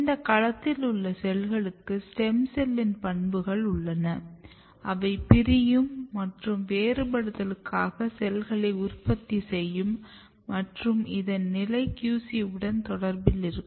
இந்த களத்தில் உள்ள செல்களுக்கு ஸ்டெம் செல்லின் பண்புகள் உள்ளன அவை பிரியும் மற்றும் வேறுபடுத்தளுக்காக செல்களை உற்பத்தி செய்யும் மற்றும் இதன் நிலை QC வுடன் தொடர்பில் இருக்கும்